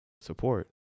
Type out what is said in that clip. support